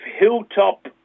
Hilltop